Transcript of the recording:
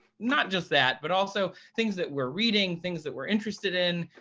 not just that, but also things that we're reading, things that we're interested in,